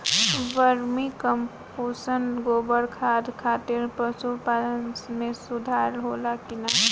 Vermi compost गोबर खाद खातिर पशु पालन में सुधार होला कि न?